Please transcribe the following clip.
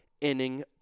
inning